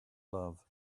love